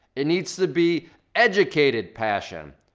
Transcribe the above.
it needs to be educated passion.